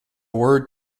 word